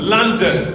London